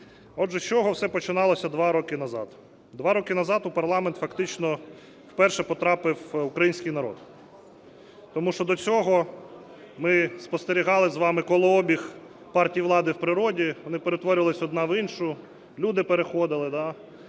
Отже, з чого все починалося два роки назад? Два роки назад у парламент фактично вперше потрапив український народ. Тому що до цього ми спостерігали з вами колообіг партії влади в природі, вони перетворювалися одна в іншу, люди переходили.